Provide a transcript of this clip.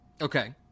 Okay